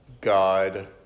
God